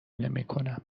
نمیکنم